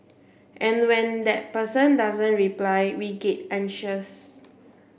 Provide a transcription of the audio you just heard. and when that person doesn't reply we get anxious